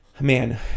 Man